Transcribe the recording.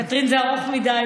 קטרין זה ארוך מדי,